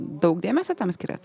daug dėmesio tam skiriat